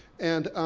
and,